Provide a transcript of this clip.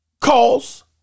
calls